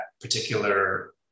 particular